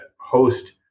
host